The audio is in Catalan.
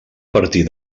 partir